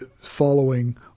following